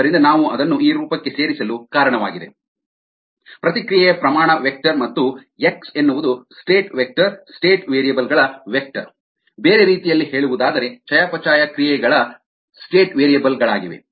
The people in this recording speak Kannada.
ಆದ್ದರಿಂದ ನಾವು ಅದನ್ನು ಈ ರೂಪಕ್ಕೆ ಸೇರಿಸಲು ಕಾರಣವಾಗಿದೆ ಪ್ರತಿಕ್ರಿಯೆ ಪ್ರಮಾಣ ವೆಕ್ಟರ್ ಮತ್ತು ಎಕ್ಸ್ ಎನ್ನುವುದು ಸ್ಟೇಟ್ ವೆಕ್ಟರ್ ಸ್ಟೇಟ್ ವೇರಿಯಬಲ್ ಗಳ ವೆಕ್ಟರ್ ಬೇರೆ ರೀತಿಯಲ್ಲಿ ಹೇಳುವುದಾದರೆ ಚಯಾಪಚಯ ಕ್ರಿಯೆಗಳು ಸ್ಟೇಟ್ ವೇರಿಯಬಲ್ ಗಳಾಗಿವೆ